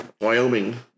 Wyoming